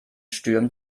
stürmen